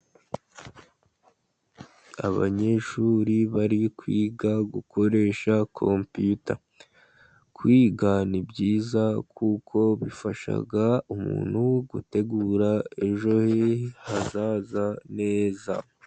Abanyeshuri bari kwiga gukoresha kompiyuta. Kwiga ni byiza, kuko bifasha umuntu gutegura ejo he hazaza neza.